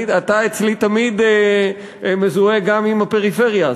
אתה אצלי תמיד מזוהה גם עם הפריפריה,